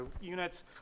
units